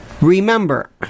Remember